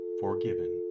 forgiven